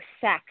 sex